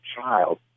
child